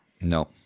No